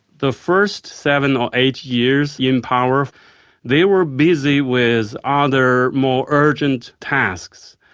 the first seven or eight years in power they were busy with ah other more urgent tasks.